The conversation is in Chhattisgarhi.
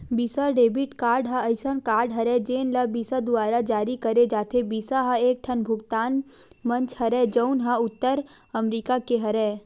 बिसा डेबिट कारड ह असइन कारड हरय जेन ल बिसा दुवारा जारी करे जाथे, बिसा ह एकठन भुगतान मंच हरय जउन ह उत्तर अमरिका के हरय